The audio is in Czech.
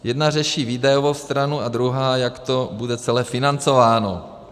Jedna řeší výdajovou stranu a druhá, jak to bude celé financováno.